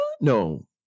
No